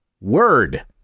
word